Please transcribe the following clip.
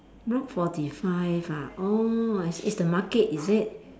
block forty five ah orh it's it's the market is it